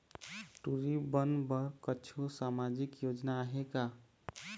टूरी बन बर कछु सामाजिक योजना आहे का?